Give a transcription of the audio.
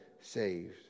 saved